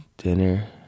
dinner